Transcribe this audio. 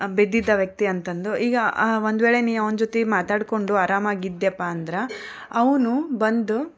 ಬಿದ್ದಿದ್ದ ವ್ಯಕ್ತಿ ಅಂತ ಅಂದು ಈಗ ಆ ಒಂದು ವೇಳೆ ನೀವು ಅವನ ಜೊತೆ ಮಾತ್ನಾಡ್ಕೊಂಡು ಆರಾಮಾಗಿ ಇದೆಯಪ್ಪ ಅಂದ್ರೆ ಅವನು ಬಂದು